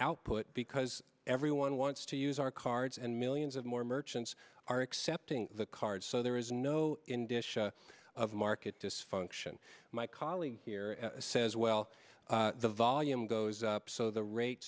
output because everyone wants to use our cards and millions of more merchants are accepting the card so there is no indicia of market dysfunction my colleague here says well the volume goes up so the rate